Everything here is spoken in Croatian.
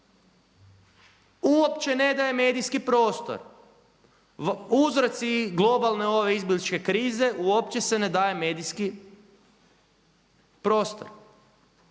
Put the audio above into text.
uopće ne daje medijski prostor. Uzroci globalne izbjegličke krize uopće se ne daje medijski prostor.